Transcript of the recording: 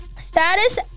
status